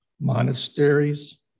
monasteries